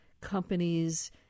companies